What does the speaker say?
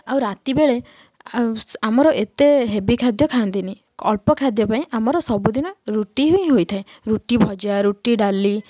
ଆଉ ରାତିବେଳେ ଆଉ ଆମର ଏତେ ହେବି ଖାଦ୍ୟ ଖାଆନ୍ତିନି ଅଳ୍ପ ଖାଦ୍ୟ ପାଇଁ ଆମର ସବୁଦିନ ରୁଟି ହିଁ ହୋଇଥାଏ ରୁଟି ଭଜା ରୁଟି ଡାଲି